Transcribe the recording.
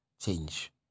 change